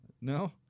No